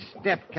step